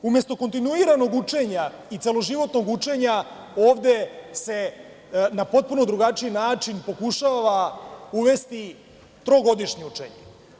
Umesto kontinuiranog učenja i celoživotnog učenja, ovde se na potpuno drugačiji način pokušava uvesti trogodišnje učenje.